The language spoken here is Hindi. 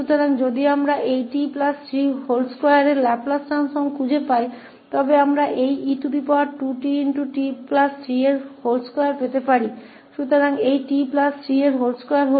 इसलिए यदि हम इस t32 का लाप्लास रूपांतर पाते हैं तो हम इसका e2tt32 का लाप्लास रूपांतर प्राप्त कर सकते हैं